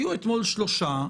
אתמול היו שלושה.